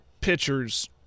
pitchers